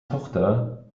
tochter